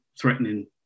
threatening